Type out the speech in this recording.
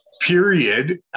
period